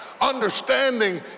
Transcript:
Understanding